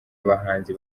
abahanzi